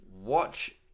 watch